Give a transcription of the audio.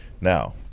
Now